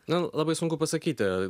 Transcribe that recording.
na labai sunku pasakyti